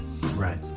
Right